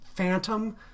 Phantom